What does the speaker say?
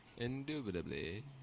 Indubitably